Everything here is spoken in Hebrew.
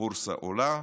הבורסה עולה,